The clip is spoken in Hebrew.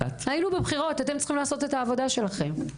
היינו בבחירות, אתם צריכים לעשות את העבודה שלכם.